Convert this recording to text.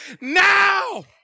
now